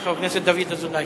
שכן של חבר הכנסת דוד אזולאי.